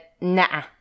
nah